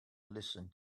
listen